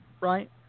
Right